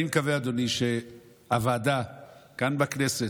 אני מקווה, אדוני, שהוועדה כאן בכנסת,